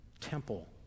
temple